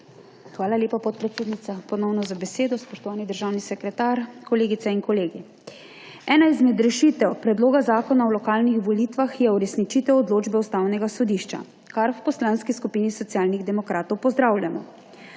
hvala lepa, podpredsednica, za besedo. Spoštovani državni sekretar, kolegice in kolegi! Ena izmed rešitev predloga zakona o lokalnih volitvah je uresničitev odločbe Ustavnega sodišča, kar v Poslanski skupini Socialnih demokratov pozdravljamo.